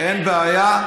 אין בעיה.